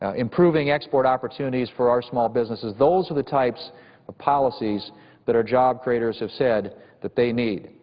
ah improving export opportunities for our small businesses those are the types of policies that are job creators have said that they need.